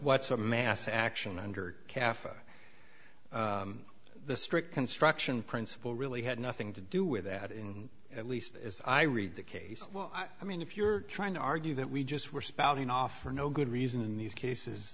what's a mass action under caf the strict construction principle really had nothing to do with that in at least as i read the case well i mean if you're trying to argue that we just were spouting off for no good reason in these cases